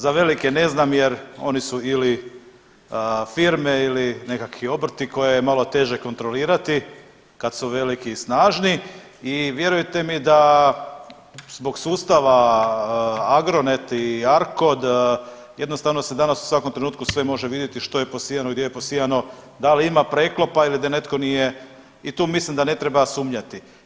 Za velike ne znam jer oni su ili firme ili nekakvi obrti koje je malo teže kontrolirati kad su veliki i snažni i vjerujte mi da zbog sustava AGRONET i ARCOD jednostavno se danas u svakom trenutku može vidjeti što je posijano, gdje je posijano, da li ima preklopa ili da netko nije i tu mislim da ne treba sumnjati.